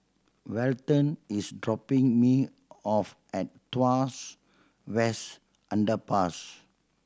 Welton is dropping me off at Tuas West Underpass